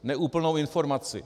Neúplnou informaci.